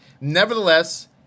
Nevertheless